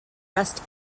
best